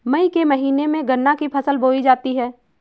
मई के महीने में गन्ना की फसल बोई जाती है